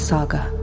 Saga